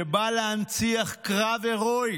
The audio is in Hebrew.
שבא להנציח קרב הרואי,